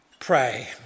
pray